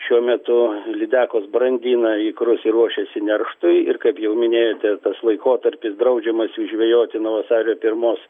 šiuo metu lydekos brandina ikrus ir ruošiasi nerštui ir kad jau minėte tas laikotarpis draudžiamas žvejoti nuo vasario pirmos